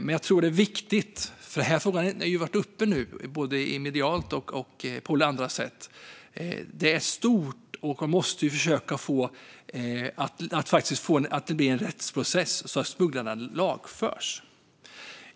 Men jag tror att det är viktigt - frågan har nu varit uppe både medialt och på andra sätt - att det faktiskt blir en rättsprocess så att smugglarna lagförs.